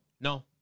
No